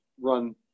run